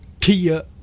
Kia